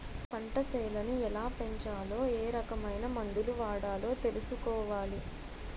పంటసేలని ఎలాపెంచాలో ఏరకమైన మందులు వాడాలో తెలుసుకోవాలి